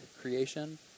creation